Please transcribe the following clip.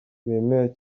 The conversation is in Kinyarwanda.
bemewe